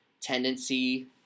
tendency